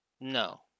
No